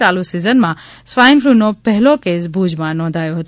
ચાલુ સીઝનમાં સ્વાઈનફ્લુનો પહેલો કેસ ભુજમાં નોંધાયો હતો